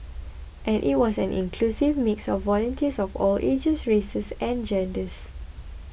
and it was an inclusive mix of volunteers of all ages races and genders